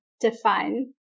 define